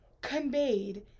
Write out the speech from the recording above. ...conveyed